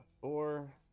four